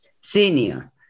senior